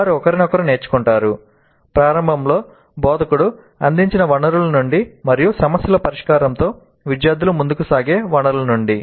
వారు ఒకరినొకరు నేర్చుకుంటారు ప్రారంభంలో బోధకుడు అందించిన వనరుల నుండి మరియు సమస్యల పరిష్కారంతో విద్యార్థులు ముందుకు సాగే వనరుల నుండి